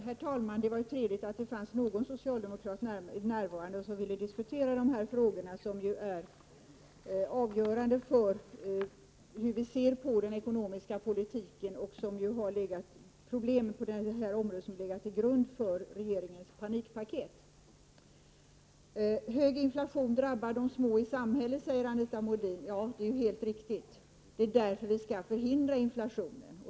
Herr talman! Det var ju trevligt att det finns någon socialdemokrat närvarande som vill diskutera de här frågorna, som ju är avgörande för hur vi ser på den ekonomiska politiken och de problem som har legat till grund för regeringens panikpaket. Hög inflation drabbar de små i samhället, säger Anita Modin. Ja, det är alldeles riktigt. Det är därför vi skall förhindra inflationen.